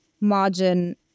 margin